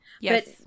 Yes